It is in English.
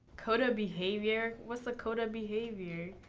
code of behavior. what's a code of behavior?